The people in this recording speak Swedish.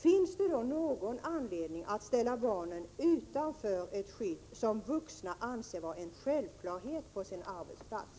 Finns det då någon anledning att ställa barnen utanför ett skydd som vuxna anser vara en självklarhet på sin arbetsplats?